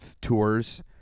tours